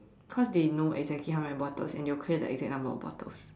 cause they know exactly how many bottles and they will clear the exact number of bottles